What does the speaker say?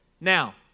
Now